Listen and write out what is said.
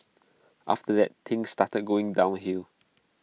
after that things started going downhill